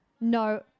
No